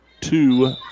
two